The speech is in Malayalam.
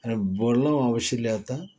അങ്ങനെ വെള്ളം ആവശ്യമില്ലാത്ത